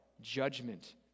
judgment